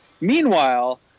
Meanwhile